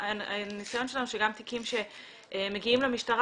הניסיון שלנו הוא שגם תיקים שמגיעים למשטרה,